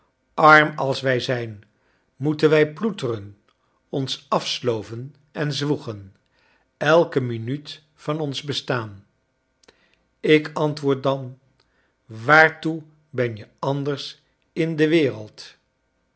arm als wij zijn moeten wij ploeteren ons af sloven en zwoegen elke minuut van ons bestaan ik antwoord dan waartoe ben je anders in de wereld